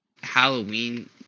Halloween